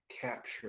capture